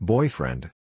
Boyfriend